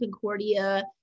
Concordia